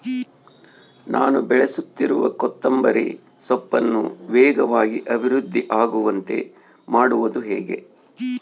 ನಾನು ಬೆಳೆಸುತ್ತಿರುವ ಕೊತ್ತಂಬರಿ ಸೊಪ್ಪನ್ನು ವೇಗವಾಗಿ ಅಭಿವೃದ್ಧಿ ಆಗುವಂತೆ ಮಾಡುವುದು ಹೇಗೆ?